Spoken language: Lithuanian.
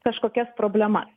kažkokias problemas